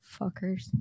Fuckers